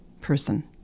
person